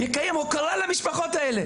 למשפחות האלה.